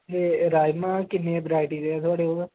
ते राजमांह् किन्ने बैरायटी दे थुआढ़े कोल